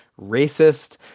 racist